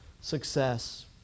success